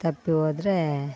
ತಪ್ಪಿ ಹೋದರೆ